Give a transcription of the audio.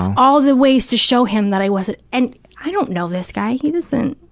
all the ways to show him that i wasn't, and i don't know this guy. he doesn't,